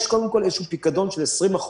יש קודם כול איזשהו פיקדון של 20%,